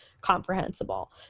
comprehensible